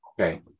Okay